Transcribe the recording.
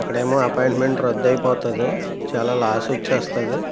అక్కడేమో అపాయింట్మెంట్ రద్దయిపోతుంది చాలా లాస్ వచ్చేస్తుంది